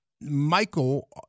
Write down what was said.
Michael